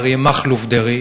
אריה מכלוף דרעי,